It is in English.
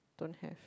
don't have